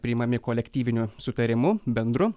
priimami kolektyviniu sutarimu bendru